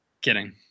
kidding